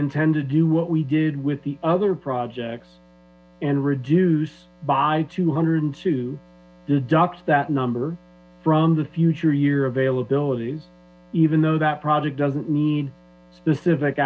intend to do what we did with the other projects and reduce by two hundred to deduct that number from the future year availability even though that project doesn't need specific